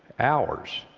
ours